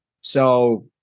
So-